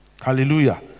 hallelujah